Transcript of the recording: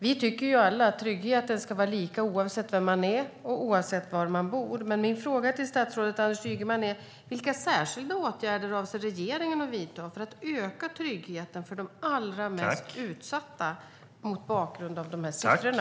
Vi tycker ju alla att tryggheten ska vara lika oavsett vem man är och oavsett var man bor. Men min fråga till statsrådet Anders Ygeman är: Vilka särskilda åtgärder avser regeringen att vidta för att öka tryggheten för de allra mest utsatta, mot bakgrund av de här siffrorna?